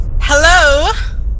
hello